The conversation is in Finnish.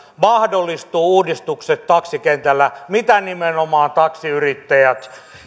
mahdollistuvat uudistukset taksikentällä mitä nimenomaan taksiyrittäjät